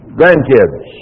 grandkids